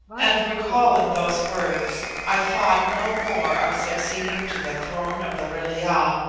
and recalling those words, i thought no more of succeeding to the throne of the vril-ya,